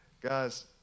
Guys